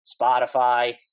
Spotify